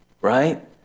right